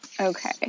okay